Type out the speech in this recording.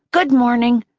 good morning.